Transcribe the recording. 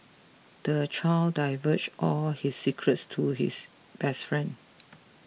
the child divulged all his secrets to his best friend